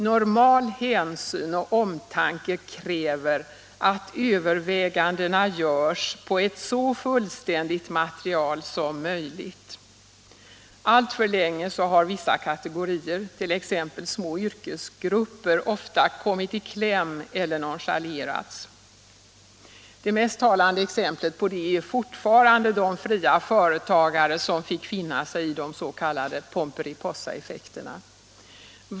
Normal hänsyn och omtanke kräver att övervägandena görs på ett så fullständigt material som möjligt. Alltför länge har vissa kategorier, t.ex. små yrkesgrupper, kommit i kläm eller nonchalerats. Det mest talande exemplet på detta är fortfarande de fria företagare som fick finna sig i de s.k. Pomperipossaeffekterna.